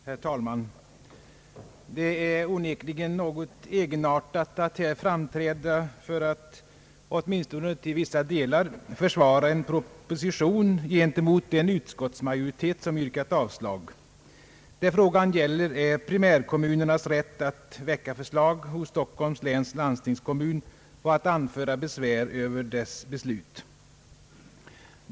Herr talman! Det är onekligen något egenartat att här framträda för att — åtminstone till vissa delar — försvara en proposition gentemot en utskottsmajoritet, som yrkat avslag. Det frågan gäller är primärkommunernas rätt att väcka förslag hos Stockholms läns landstingskommun och att anföra besvär över dess beslut.